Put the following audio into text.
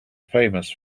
famous